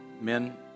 Men